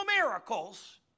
miracles